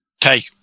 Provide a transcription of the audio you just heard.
take